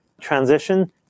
transition